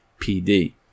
PD